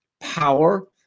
Power